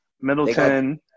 Middleton